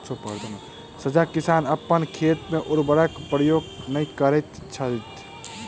सजग किसान अपन खेत मे उर्वरकक प्रयोग नै करैत छथि